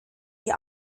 die